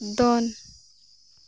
ᱫᱚᱱ